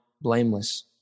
blameless